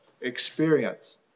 experience